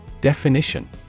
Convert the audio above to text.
Definition